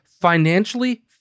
financially